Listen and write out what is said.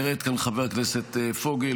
פירט כאן חבר הכנסת פוגל,